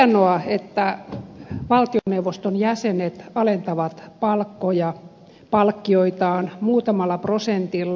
on hienoa että valtioneuvoston jäsenet alentavat palkkoja palkkioitaan muutamalla prosentilla